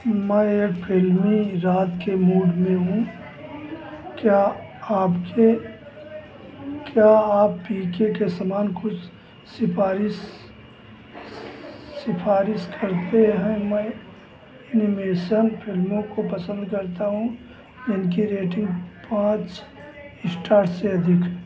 मैं एक फिल्मी रात के मूड में हूँ क्या आपके क्या आप पी के के समान कुछ सिफ़ारिश सिफ़ारिश करते हैं मैं एनिमेशन फिल्मों को पसंद करता हूँ जिनके रेटिंग पाँच इस्टार से अधिक है